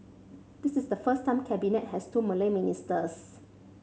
this is the first time Cabinet has two Malay ministers